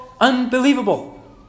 unbelievable